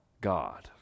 God